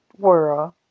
world